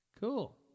Cool